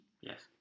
yes